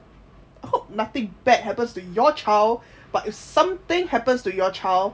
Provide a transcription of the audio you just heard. I hope nothing bad happens to your child but if something happens to your child